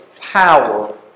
power